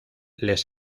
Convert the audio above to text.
les